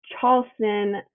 Charleston